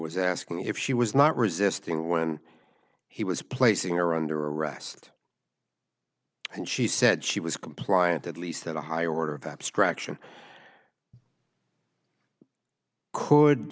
was asking if she was not resisting when he was placing or under arrest and she said she was compliant at least in a high order of abstraction could